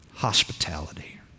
Hospitality